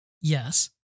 yes